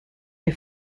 des